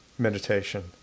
meditation